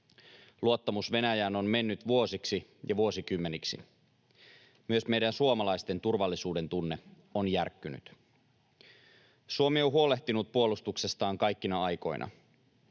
Luottamus Venäjään on mennyt vuosiksi ja vuosikymmeniksi. Myös meidän suomalaisten turvallisuudentunne on järkkynyt. Suomi on huolehtinut puolustuksestaan kaikkina aikoina.